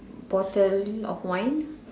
bottle of wine